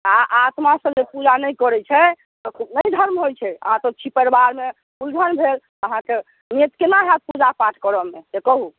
आ आत्मा सँ जे पूजा नइ करै छै तऽ नइ धर्म होइ छै अहाँ सभ छी परिवार मे उलझन भेल तऽ अहाँके नेत केना हैत पूजा पाठ करऽ मे से कहूँ